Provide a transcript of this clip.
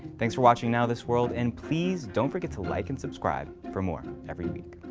thanks for watching nowthis world and please don't forget to like and subscribe for more every week!